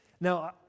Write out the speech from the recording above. Now